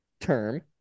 term